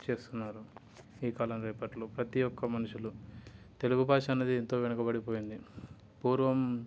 చేస్తున్నారు ఈ కాలం రేపట్లో ప్రతి ఒక్క మనుషులు తెలుగు బాష అనేది ఎంతో వెనుకబడిపోయింది పూర్వం